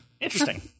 Interesting